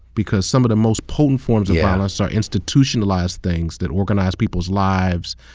because some of the most potent forms of violence are institutionalized things that organize people's lives,